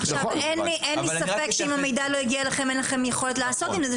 אין לי ספק שאם המידע לא הגיע אליכם אין לכם יכולת לעשות עם זה.